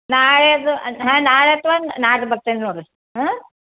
ನಾಳೆ ಅದು ಹಾಂ ನಾಳೆ ಅಥವಾ ನಾಡ್ದು ಬರ್ತೇನೆ ನೋಡಿರಿ ಹಾಂ